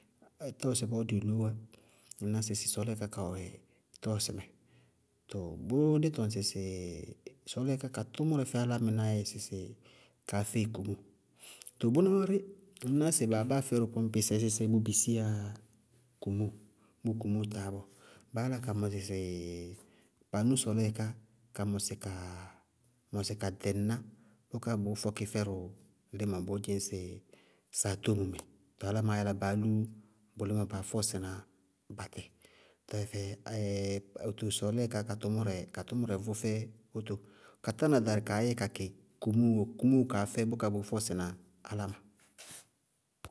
Tɔɔsɩ bɔɔ dɩɩ loówá, ŋñná sɩsɩ tɔɔlɩ ká kawɛ tɔɔsɩ mɛ tɔɔ bʋʋ dí tɔŋ sɩsɩ sɔɔlɛyɩ ká ka tʋmʋrɛ fɛ álámɩnáá yɛ sɩ kaá fɛɩ kumóo, tɔɔ bʋná wárí, ŋñ ná sɩ baa báa fɛdʋ pɔñpɩsɛ sɛ sɛɛ bʋ bisiyá dí ná komóo, ñŋ komóo táá bɔɔ, baá yála ka mɔsɩ paanóó sɔɔlɛɛrɩ ká, kamɔsɩ ka, mɔsɩ ka ɖɛŋná bʋká bʋʋ fɔkí fɛdʋ límɔ bʋʋ dzɩñsɩ saatóomu mɛ, tɔɔ álámɩnáá yála baá lú bʋ límɔ baá fɔɔsɩ na batɩ, tɛfɛ óto sɔɔlɛɛyɩ, ká ká tʋmʋrɛ, ká tʋmʋrɛvʋ fɛ wóto. Ka tána ɖarɩ kaá yɛ kakɩ kumóo bɔɔ, kumóoó kaá fɛ bʋká bʋʋ fɔɔsɩ áláma.